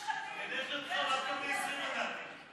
מושחתים, זה מה שמגיע לכם.